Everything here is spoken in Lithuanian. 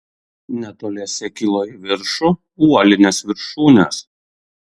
netoliese kilo į viršų uolinės viršūnės